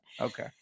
Okay